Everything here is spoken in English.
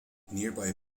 nearby